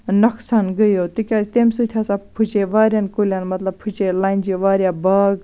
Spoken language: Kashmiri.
نۄقصان گٔیو تِکیازِ تَمہِ سۭتۍ ہسا پھٕچے واریاہن کُلٮ۪ن مطلب پھٕچے لَنجہِ واریاہ باغ